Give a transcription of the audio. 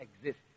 exist